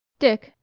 dick,